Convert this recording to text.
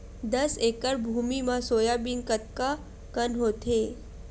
दस एकड़ भुमि म सोयाबीन कतका कन होथे?